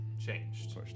changed